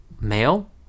male